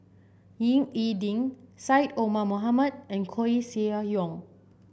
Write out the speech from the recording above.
Ying E Ding Syed Omar Mohamed and Koeh Sia Yong